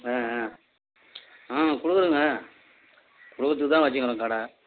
ஆஆ ம் கொடுக்கறோங்க கொடுக்கறதுக்கு தான் வச்சிருக்கறோம் கடை